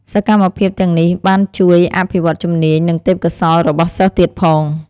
សកម្មភាពទាំងនេះ បានជួយអភិវឌ្ឍជំនាញ និងទេពកោសល្យរបស់សិស្សទៀតផង។